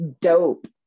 dope